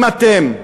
אם אתם,